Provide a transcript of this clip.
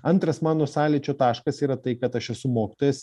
antras mano sąlyčio taškas yra tai kad aš esu mokytojas